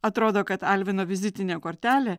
atrodo kad alvino vizitinė kortelė